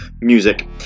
music